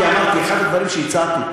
כי אמרתי, אחד הדברים שהצעתי,